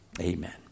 Amen